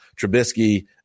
Trubisky